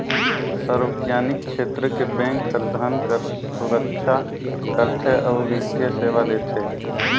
सार्वजनिक छेत्र के बेंक हर धन कर सुरक्छा करथे अउ बित्तीय सेवा देथे